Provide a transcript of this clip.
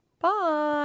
Bye